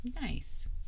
Nice